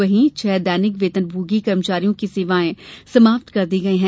वही छह दैनिक वेतनभोगी कर्मचारियों की सेवाएं समाप्त कर दी गई है